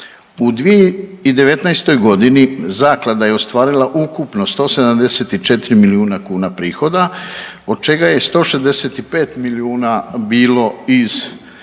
U 2019.g. zaklada je ostvarila ukupno 174 milijuna kuna prihoda od čega je 165 milijuna bilo iz državnog